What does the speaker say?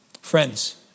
Friends